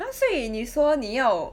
!huh! 所以你说你要